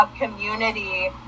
community